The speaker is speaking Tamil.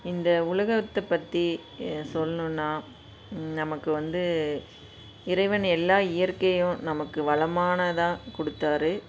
இந்த உலகத்தைப் பற்றி சொல்லணுன்னா நமக்கு வந்து இறைவன் எல்லா இயற்கையும் நமக்கு வளமானதான் கொடுத்தாரு